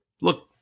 look